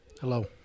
Hello